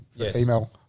email